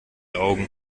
augen